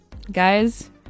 Guys